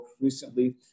recently